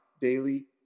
daily